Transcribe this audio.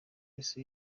wese